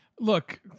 Look